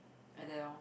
like that orh